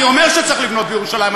אני אומר שצריך לבנות בירושלים,